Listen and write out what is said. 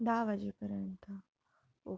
दहा वाजेपर्यंत ओके